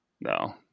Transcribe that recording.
No